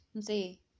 See